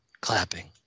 clapping